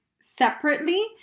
separately